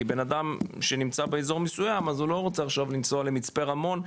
כי בנאדם שנמצא באזור מסוים אז הוא לא רוצה עכשיו לנסוע למצפה רמון,